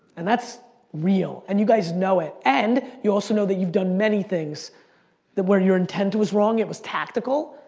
and that's real and you guys know it. and you also know that you've done many things where your intent was wrong, it was tactical,